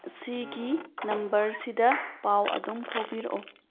ꯑꯁꯤꯒꯤ ꯅꯝꯕꯔꯁꯤꯗ ꯄꯥꯎ ꯑꯗꯨꯝ ꯐꯥꯎꯕꯤꯔꯛꯑꯣ